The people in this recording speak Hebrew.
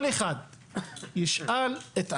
כל אחד ישאל את עצמו,